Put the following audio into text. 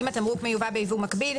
אם התמרוק מיובא ביבוא מקביל,